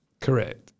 correct